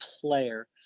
player